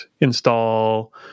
install